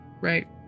right